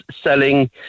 selling